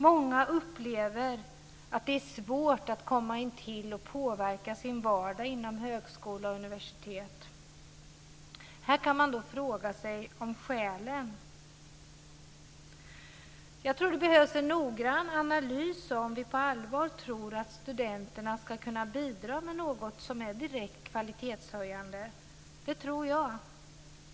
Många upplever att det är svårt att komma intill och påverka sin vardag inom högskolor och universitet. Här kan man fråga om skälen. Det behövs nog en noggrann analys om vi på allvar tror att studenterna ska kunna bidra med något som är direkt kvalitetshöjande. Det tror jag.